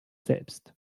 selbst